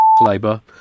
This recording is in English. Labour